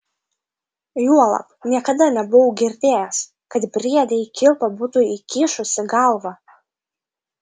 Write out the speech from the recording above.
juolab niekada nebuvau girdėjęs kad briedė į kilpą būtų įkišusi galvą